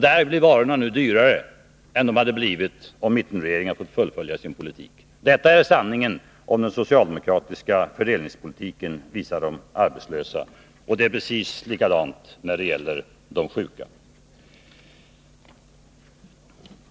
Där blir varorna nu dyrare än vad de hade blivit om mittenregeringen hade fått fullfölja sin politik. Detta är sanningen om den socialdemokratiska fördelningspolitiken gentemot de arbetslösa. Det är precis likadant när det gäller de sjuka.